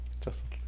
Justice